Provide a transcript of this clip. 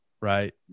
right